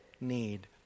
need